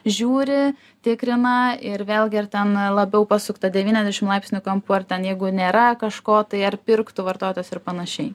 žiūri tikrina ir vėlgi ar ten labiau pasukta devyniasdešim laipsnių kampu ar ten jeigu nėra kažko tai ar pirktų vartotas ir panašiai